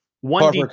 One